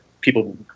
people